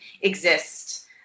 exist